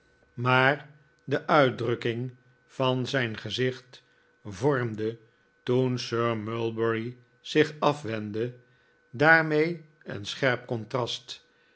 maar de uitdrukking van zijn gezicht vormde toen sir mulberry zich afwendde daarmee een scherp contrast